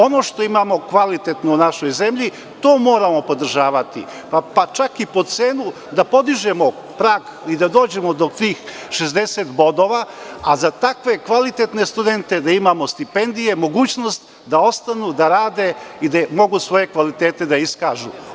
Ono što imamo kvalitetno u našoj zemlji, to moramo podržavati, pa čak i po cenu da podižemo prag i da dođemo do tih 60 bodova, a za takve kvalitetnestudente da imamo stipendije, mogućnost da ostanu da rade gde mogu svoje kvalitete da iskažu.